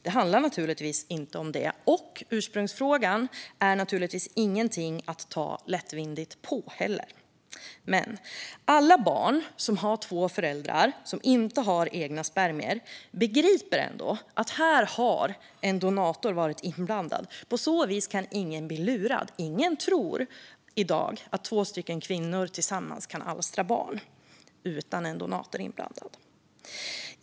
Det handlar naturligtvis inte om det, och ursprungsfrågan är naturligtvis inget att ta lätt på. Men alla barn som har två föräldrar som inte har egna spermier begriper ändå att en donator har varit inblandad. På så vis kan ingen bli lurad. Ingen tror i dag att två kvinnor tillsammans kan alstra barn utan att en donator är inblandad.